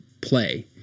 play